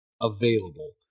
available